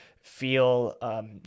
feel